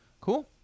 Cool